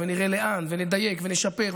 ונראה לאן ולדייק ולשפר.